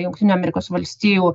jungtinių amerikos valstijų